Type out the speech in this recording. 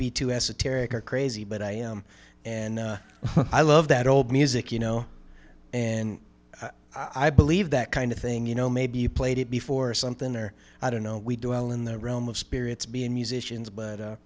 be too esoteric or crazy but i am and i love that old music you know and i believe that kind of thing you know maybe you played it before or something or i don't know we do well in the realm of spirits being musicians but